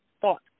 thought